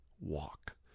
walk